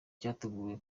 cyateguwe